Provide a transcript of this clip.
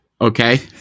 Okay